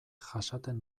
jasaten